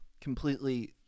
completely